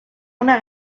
una